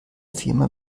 firma